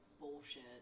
bullshit